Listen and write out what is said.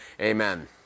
amen